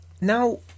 Now